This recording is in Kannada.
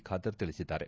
ಖಾದರ್ ತಿಳಿಸಿದ್ದಾರೆ